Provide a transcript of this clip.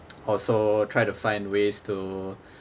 also try to find ways to